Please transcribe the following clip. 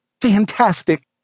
Fantastic